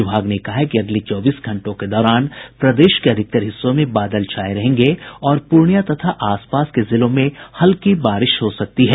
विभाग ने कहा है कि अगले चौबीस घंटों के दौरान प्रदेश के अधिकतर हिस्सों में बादल छाये रहेंगे और पूर्णियां तथा आस पास के जिलों में हल्की बारिश हो सकती है